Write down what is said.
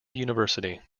university